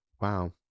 Wow